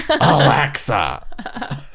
Alexa